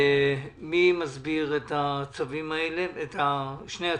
מי מסביר את שני הצווים?